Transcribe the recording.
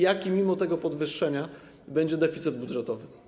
Jaki mimo tego podwyższenia będzie deficyt budżetowy?